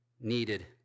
needed